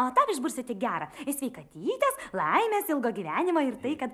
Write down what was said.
o tau išbursiu tik gera į sveikatytės laimės ilgo gyvenimo ir tai kad